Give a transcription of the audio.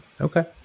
Okay